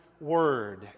word